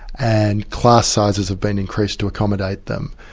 and class sizes have been increased to accommodate them,